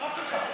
ינון, הרב שלך.